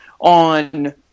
on